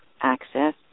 access